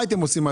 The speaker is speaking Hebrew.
מה הייתם עושים?